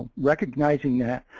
recognizing that,